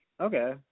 okay